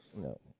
no